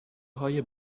های